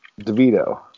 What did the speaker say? DeVito